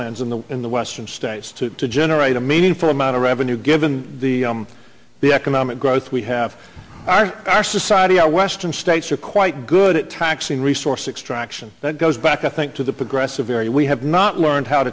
lands in the in the western states to generate a meaningful amount of revenue given the economic growth we have our our society our western states are quite good at taxing resource extraction that goes back i think to the progressive area we have not learned how